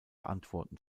antworten